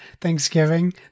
Thanksgiving